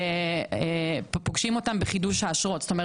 זאת אומרת זה צריך להיות מאוד מאוד קל לבדוק איך אפשר